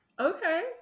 Okay